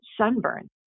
sunburn